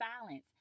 silence